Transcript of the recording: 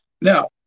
Now